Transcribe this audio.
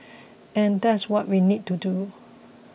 and that's what we need to do